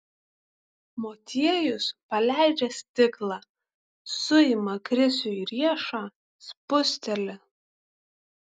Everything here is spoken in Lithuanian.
motiejus paleidžia stiklą suima krisiui riešą spusteli